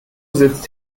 sitzt